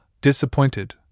disappointed